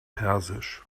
persisch